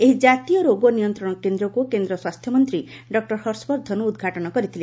ଏହି ଜାତୀୟ ରୋଗ ନିୟନ୍ତ୍ରଣ କେନ୍ଦ୍ରକୁ କେନ୍ଦ୍ର ସ୍ୱାସ୍ଥ୍ୟମନ୍ତ୍ରୀ ଡକ୍ଟର ହର୍ଷବର୍ଦ୍ଧନ ଉଦ୍ଘାଟନ କରିଥିଲେ